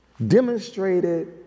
demonstrated